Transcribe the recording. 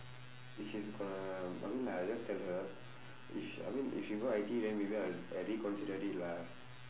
if she's going to I mean like I'll just tell her if sh~ I mean if she go I_T_E then maybe I'll I reconsider it lah